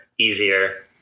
easier